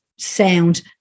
sound